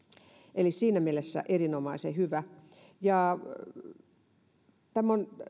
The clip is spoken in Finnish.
eli siinä mielessä erinomaisen hyvä tämä on